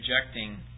rejecting